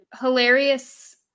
hilarious